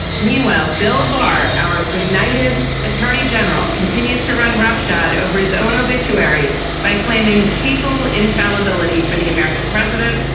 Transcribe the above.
meanwhile, bill barr, our benighted attorney general, continues to run roughshod over his own obituary by claiming papal infallibility for the american president.